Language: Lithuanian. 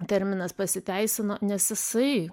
terminas pasiteisino nes jisai